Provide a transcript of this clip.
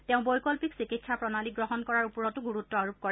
তেওঁ বৈকল্পিক চিকিৎসা প্ৰণালী গ্ৰহণ কৰাৰ ওপৰতো গুৰুত্ব আৰোপ কৰে